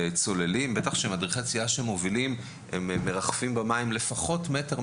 מדריכי צלילה מרחפים במים לפחות מטר,